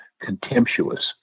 contemptuous